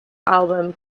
album